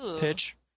Pitch